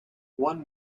one